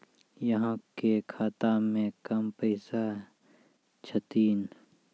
अहाँ के खाता मे कम पैसा छथिन?